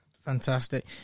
fantastic